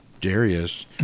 Darius